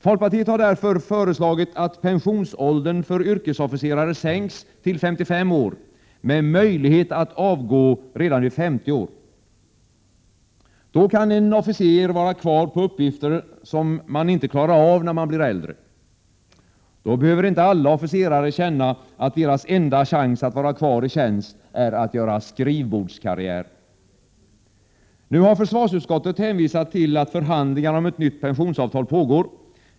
Folkpartiet har därför nu föreslagit att pensionsåldern för yrkesofficerare sänks till 55 år med möjlighet att avgå redan vid 50 års ålder. Då kan en officer stanna kvar med uppgifter som man inte klarar av när man blir äldre. Då behöver inte alla officerare känna att deras enda chans att vara kvar i tjänst är att göra skrivbordskarriär. Nu har försvarsutskottet hänvisat till att förhandlingar om ett nytt pensionsavtal pågår.